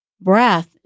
breath